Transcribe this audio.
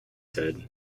said